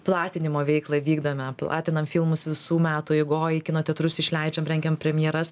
platinimo veiklą vykdome platinam filmus visų metų eigoj į kino teatrus išleidžiam rengiam premjeras